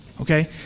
okay